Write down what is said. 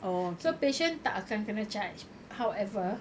so patient tak akan kena charged however